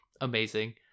Amazing